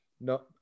No